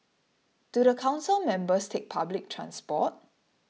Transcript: do the council members take public transport